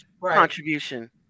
contribution